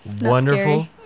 Wonderful